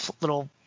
little